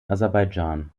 aserbaidschan